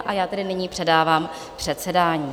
A já tedy nyní předávám předsedání.